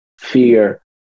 fear